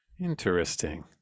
Interesting